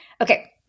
Okay